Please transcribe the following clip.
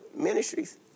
ministries